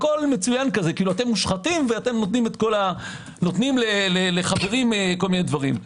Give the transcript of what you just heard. אתם מושחתים ואתם נותנים לחברים כל מיני דברים.